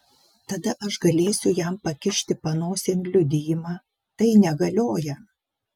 tada aš galėsiu jam pakišti panosėn liudijimą tai negalioja